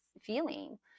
feeling